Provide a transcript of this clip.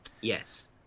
Yes